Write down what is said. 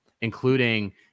including